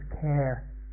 care